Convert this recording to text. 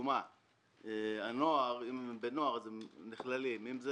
אם הם בנוער, הם נכללים.